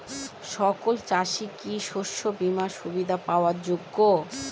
সকল চাষি কি শস্য বিমার সুবিধা পাওয়ার যোগ্য?